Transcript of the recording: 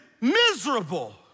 miserable